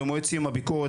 במועד סיום הביקורת,